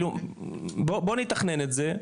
בוא נתכנן את זה.